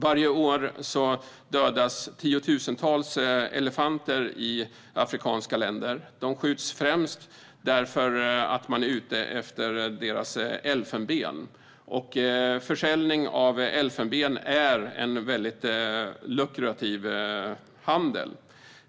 Varje år dödas tiotusentals elefanter i afrikanska länder. De skjuts främst därför att man är ute efter deras elfenben. Handeln med elfenben är väldigt lukrativ.